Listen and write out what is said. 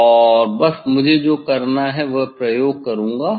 और बस मुझे जो करना है वह प्रयोग करूंगा